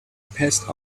passed